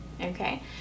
okay